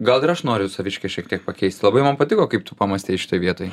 gal ir aš noriu saviškį šiek tiek pakeisti labai man patiko kaip tu pamąstei šitoje vietoj